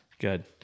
good